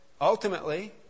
Ultimately